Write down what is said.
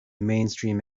mainstream